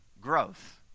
growth